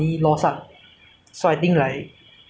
uh mentally psychologically and also